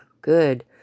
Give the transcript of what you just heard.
good